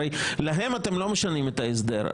הרי להם אתם לא משנים את ההסדר,